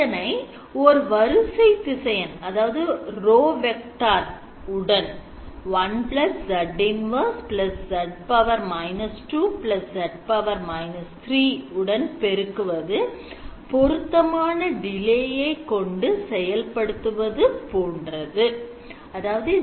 இதனை ஓர் வரிசை திசையன் உடன் 1z −1 z −2 z −3 பெருக்குவது பொருத்தமான delay ஐ கொண்டு செயல்படுத்துவது போன்றது